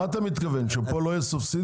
אתה מתכוון שכאן זה לא תהיה סובסידיה?